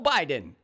Biden